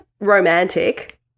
romantic